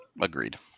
Agreed